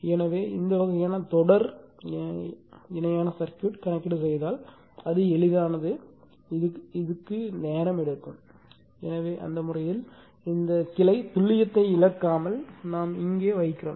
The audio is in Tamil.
எனவே இந்த வகையான தொடர் இணையான சர்க்யூட் கணக்கீடு செய்தால் அது எளிதானது அல்ல இதுக்கு நேரம் எடுக்கும் எனவே அந்த முறையில் இந்த கிளை துல்லியத்தை இழக்காமல் இங்கே வைப்போம்